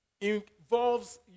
involves